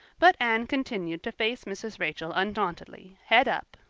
but anne continued to face mrs. rachel undauntedly, head up,